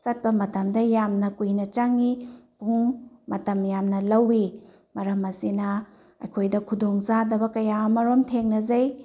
ꯆꯠꯄ ꯃꯇꯝꯗ ꯌꯥꯝꯅ ꯀꯨꯏꯅ ꯆꯪꯏ ꯄꯨꯡ ꯃꯇꯝ ꯌꯥꯝꯅ ꯂꯧꯏ ꯃꯔꯝ ꯑꯁꯤꯅ ꯑꯩꯈꯣꯏꯗ ꯈꯨꯗꯣꯡ ꯆꯥꯗꯕ ꯀꯌꯥ ꯑꯃꯔꯣꯝ ꯊꯦꯡꯅꯖꯩ